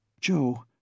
Joe